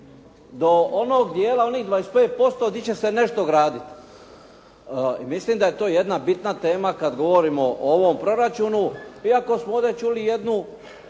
Do onog dijela, onih 25% gdje će se nešto graditi. Mislim da je to jedna bitna tema kada govorimo o ovom proračunu, iako smo ovdje čuli jednu